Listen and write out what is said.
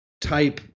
type